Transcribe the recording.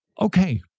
Okay